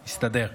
הסתדר.